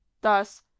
Thus